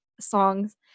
songs